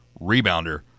rebounder